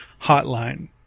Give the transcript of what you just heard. hotline